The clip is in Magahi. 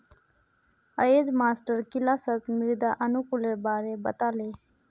अयेज मास्टर किलासत मृदा अनुकूलेर बारे बता ले